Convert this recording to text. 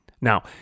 Now